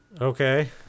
Okay